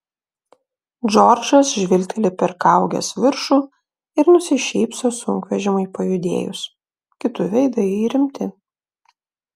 džordžas žvilgteli per kaugės viršų ir nusišypso sunkvežimiui pajudėjus kitų veidai rimti